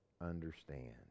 understand